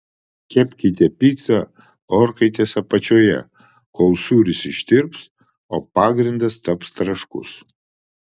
kepkite picą orkaitės apačioje kol sūris ištirps o pagrindas taps traškus